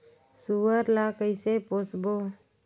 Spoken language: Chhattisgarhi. सुअर ला कइसे पोसबो?